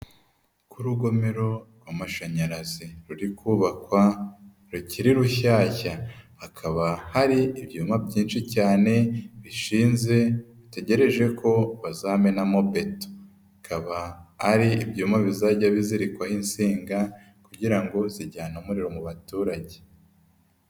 Ku rugomero rw'amashanyarazi ruri kubakwa rukiri rushyashya, hakaba hari ibyuma byinshi cyane bishinze bitegereje ko bazamenamo beto, bikaba ari ibyuma bizajya bizirikwaho insinga kugira ngo zijyane umuriro mu baturage.